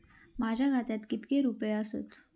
माझ्या खात्यात कितके रुपये आसत?